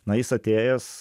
na jis atėjęs